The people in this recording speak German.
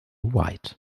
white